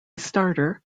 starter